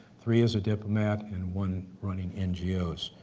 three as a diplomat and one running ngo's.